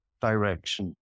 direction